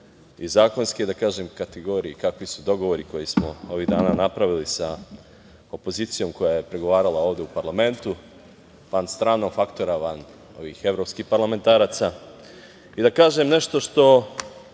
i zakonske, da kažem, kategorije i kakvi su dogovori koje smo ovih dana napravili sa opozicijom koja je pregovarala ovde u parlamentu, van stranog faktora, van ovih evropskih parlamentaraca i da kažem nešto što